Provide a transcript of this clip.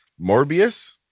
Morbius